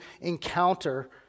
encounter